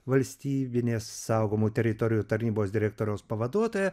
valstybinės saugomų teritorijų tarnybos direktoriaus pavaduotoja